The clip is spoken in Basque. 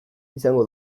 izango